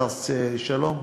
השר שלום,